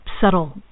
subtle